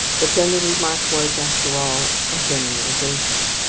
but then the remark was, after all, a generalization.